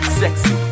sexy